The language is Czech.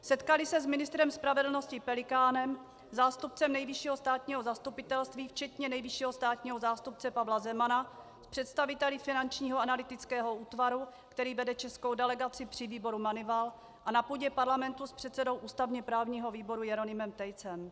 Setkali se s ministrem spravedlnosti Pelikánem, zástupcem Nejvyššího státního zastupitelství včetně nejvyššího státního zástupce Pavla Zemana, s představiteli finančního analytického útvaru, který vede českou delegaci při výboru Moneyval a na půdě parlamentu s předsedou ústavně právního výboru Jeronýmem Tejcem.